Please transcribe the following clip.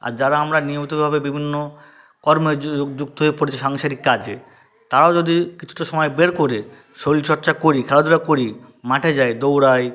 আর যারা আমরা নিয়মিতভাবে বিবিন্ন কর্মে যুক্ত হয়ে পড়েছি সাংসারিক কাজে তারাও যদি কিছুটা সময় বের করে শরীর চর্চা করি খেলাধুলা করি মাঠে যাই দৌড়াই